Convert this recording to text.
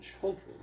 children